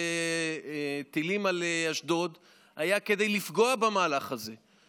טילים על אשדוד היה כדי לפגוע במהלך הזה.